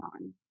on